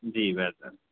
جی بہتر